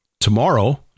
tomorrow